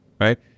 right